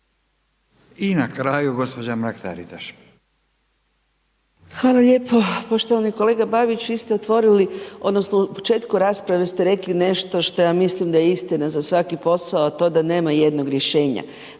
**Mrak-Taritaš, Anka (GLAS)** Hvala lijepo. Poštovani kolega Babić, vi ste otvorili, odnosno u početku rasprave ste rekli nešto što ja mislim da je istina za svaki posao, a to da nema jednog rješenja,